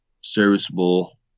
serviceable